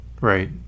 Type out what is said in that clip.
right